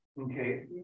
okay